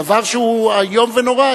דבר שהוא איום ונורא,